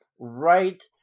right